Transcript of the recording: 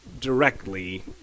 directly